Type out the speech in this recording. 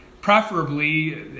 Preferably